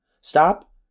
Stop